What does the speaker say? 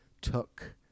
took